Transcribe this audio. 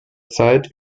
zeit